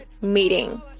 meeting